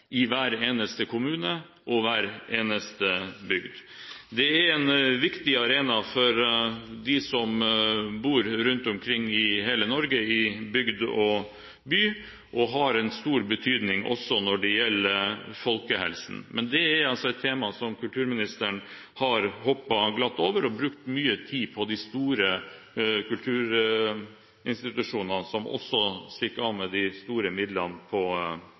i bygd og by, og har en stor betydning også for folkehelsen. Men det er altså et tema som kulturministeren har hoppet glatt over og i stedet brukt mye tid på de store kulturinstitusjonene, som også stikker av med de store midlene på